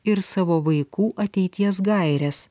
ir savo vaikų ateities gaires